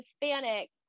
hispanic